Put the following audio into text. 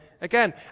again